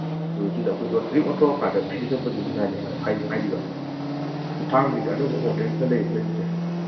ꯅꯨꯃꯤꯠꯇꯨꯗ ꯑꯩꯈꯣꯏ ꯂꯣꯇ꯭ꯔꯤ ꯑꯣꯠꯊꯣꯛꯑꯀꯥꯟꯗ ꯐ꯭ꯔꯤꯗ ꯆꯠꯄꯁꯨ ꯑꯗꯨꯝ ꯌꯥꯅꯤ ꯍꯥꯏꯔꯤꯕ ꯊꯥꯡꯒꯁꯦ ꯑꯅꯧꯕ ꯃꯣꯗꯦꯜ ꯈꯔ ꯂꯩꯌꯦ ꯂꯩꯕꯁꯦ